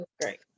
great